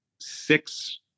six